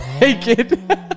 naked